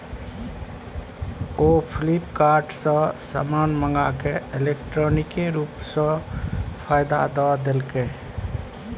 ओ फ्लिपकार्ट सँ समान मंगाकए इलेक्ट्रॉनिके रूप सँ पाय द देलकै